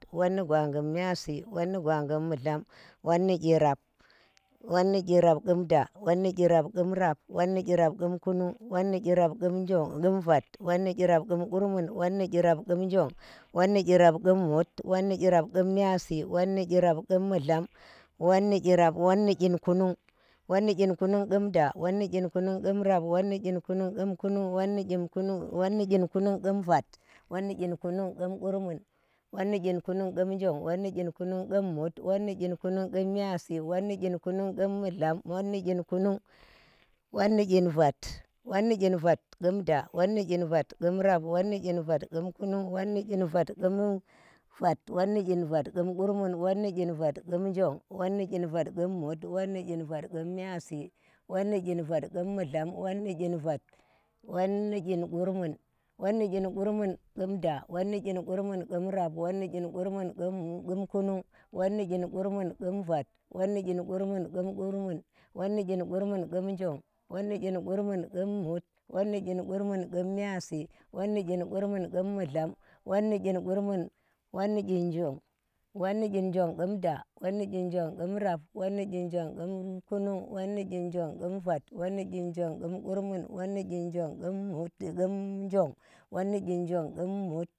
Whon ni gwangum myiyasi, whon ni gwangum mudlam, whon ni kirap whon ni kirap qum da, whon ni birap qum rap, whon ni birap qum kunung, whon ni kirap qum njong qum vat, whon ni kirap qum qurmun, whon ni kirap qum myiyasi, whon ni kirap qum mudlam, whon ni kirap whon ni qinkunung. whon ni kyin kunung, whon ni qinkunung qum vat, whon ni qinkunung qumqurmun, whon ni qinkunung qum njong, whon ni qinkunung qum mut, who ni qinkunung qum mudlam, whon ni qinkunug, whon ni qin vat whon ni qin vat qum da, whon ni qin vat qum rap, whon ni qin vat qum kunung, whon ni qim vat qum vat, whon ni qin vat qum qur mun whon ni qin vat qum njong, whon ni qin vat qum mut, whon ni qin vat qum myiyasi, whon ni qin vat, whon ni qin vat, whon ni qim qur mun whon ni qiqurmun qum da, who i qiqurmu qum rap, who i qiqurmu qum vat, who i qiqurmu um urmu, whon ni qinqurmun qum jog, whon qinqurmun qum, whon qinqurmun qum, whon qinqurmun qum myiyasi, whon ni qin qurmun qum mudlam, whon ni qin vat, whon ni qin vat, whon ni qim qur mun whon ni qiqurmun qum da, who i qiqurmu qum rap, who i qiqurmu qum vat, who i qiqurmu um urmu, whon ni qinqurmun qum jog, whon qinqurmun qum, whon qinqurmun qum, whon qinqurmun qum qum mut.